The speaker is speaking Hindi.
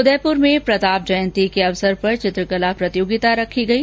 उदयपुर में प्रताप जयंती के अवसर पर चित्रकला प्रतियोगिता रखी गयी